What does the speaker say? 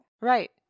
right